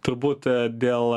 turbūt dėl